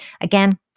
Again